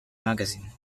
magazine